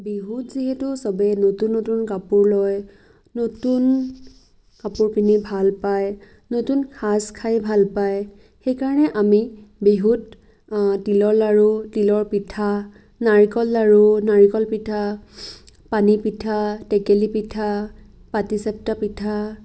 বিহুত যিহেতু চবেই নতুন নতুন কাপোৰ লয় নতুন কাপোৰ পিন্ধি ভাল পায় নতুন সাজ খাই ভাল পায় সেইকাৰণে আমি বিহুত তিলৰ লাড়ু তিলৰ পিঠা নাৰিকল লাড়ু নাৰিকল পিঠা পানী পিঠা টেকেলী পিঠা পাটিচেপ্তা পিঠা